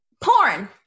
porn